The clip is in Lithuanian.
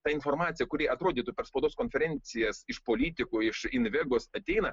ta informacija kuri atrodytų per spaudos konferencijas iš politikų iš invegos ateina